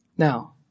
Now